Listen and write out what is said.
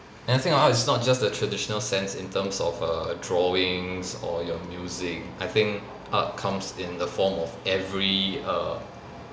and I think of art is not just the traditional sense in terms of err drawings or your music I think art comes in the form of every err